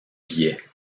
biais